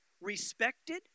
respected